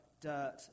dirt